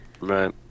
Right